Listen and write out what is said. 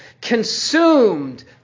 consumed